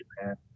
Japan